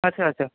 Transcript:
ଆଚ୍ଛା ଆଚ୍ଛା